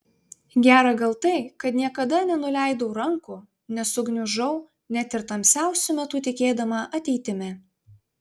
gera gal tai kad niekada nenuleidau rankų nesugniužau net ir tamsiausiu metu tikėdama ateitimi